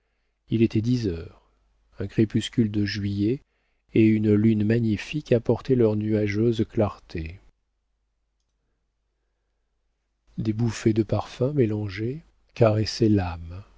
il était dix heures un crépuscule de juillet et une lune magnifique apportaient leurs nuageuses clartés des bouffées de parfums mélangés caressaient l'âme